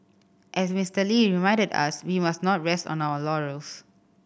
as Mister Lee reminded us we must not rest on our laurels